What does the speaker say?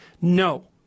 no